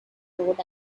rhode